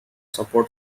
support